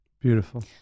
Beautiful